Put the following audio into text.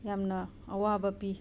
ꯌꯥꯝꯅ ꯑꯋꯥꯕ ꯄꯤ